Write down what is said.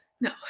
No